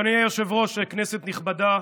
אדוני היושב-ראש, כנסת נכבדה,